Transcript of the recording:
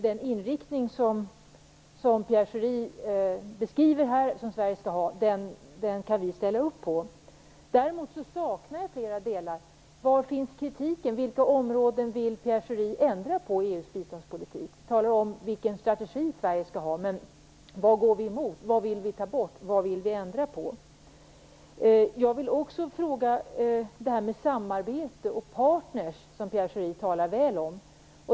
Den inriktning som Pierre Schori beskriver att Sverige skall ha kan vi ställa upp på. Däremot saknar jag flera delar. Var finns kritiken? Vilka områden vill Pierre Schori ändra på i EU:s biståndspolitik? Han talar om vilken strategi Sverige skall ha, men vad går vi emot, vad vill vi ta bort, vad vill vi ändra på? Jag vill också fråga om det här med samarbete och partner som Pierre Schori talar väl om.